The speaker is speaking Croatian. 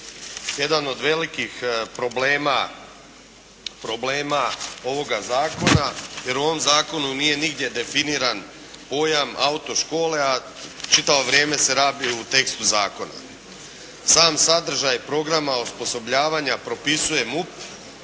jedan od velikih problema ovoga zakona jer u ovom zakonu nije nigdje definiran pojam autoškole, a čitavo vrijeme se rabi u tekstu zakona. Sam sadržaj programa osposobljavanja propisuje MUP,